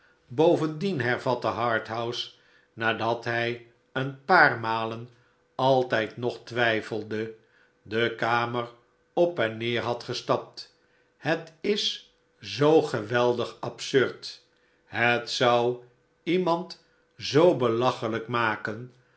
bovendien hervatte harthouse nadat hij een paar malen altijd nog twijfelende de kamer op en neer had gestapt j het is zoo geweldig absurd het zou iemand zoo belachelijk maken